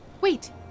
Wait